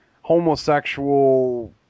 homosexual